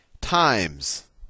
times